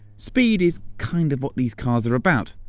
speed is kind of what these cars are about.